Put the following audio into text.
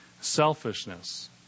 selfishness